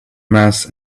mass